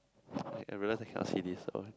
I realised I cannot say this so